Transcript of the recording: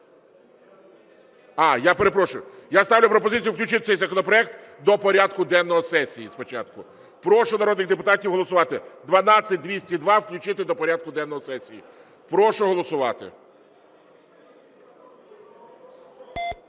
Я перепрошую, я ставлю пропозицію включити цей законопроект до порядку денного сесії спочатку. Прошу народних депутатів голосувати. 12202 включити до порядку денного сесії. Прошу голосувати.